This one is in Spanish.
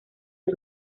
del